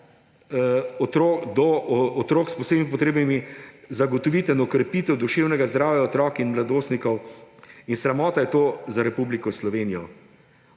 otrok s posebnimi potrebami, zagotoviti in okrepiti duševnega zdravja otrok in mladostnikov. In sramota je to za Republiko Slovenijo,